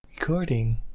Recording